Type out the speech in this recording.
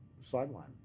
sideline